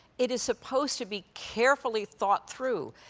it is supposed to be carefully thought through,